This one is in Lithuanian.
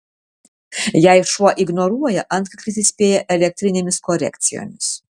jei šuo ignoruoja antkaklis įspėja elektrinėmis korekcijomis